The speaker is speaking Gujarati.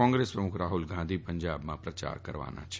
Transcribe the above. કોંગ્રેસ પ્રમુખ રાહ્લ ગાંધી પંજાબમાં પ્રચાર કરશે